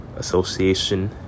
association